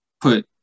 put